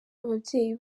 ababyeyi